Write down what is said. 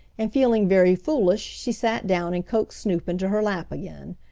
and feeling very foolish she sat down and coaxed snoop into her lap again.